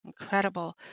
incredible